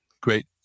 great